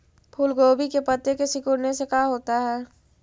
फूल गोभी के पत्ते के सिकुड़ने से का होता है?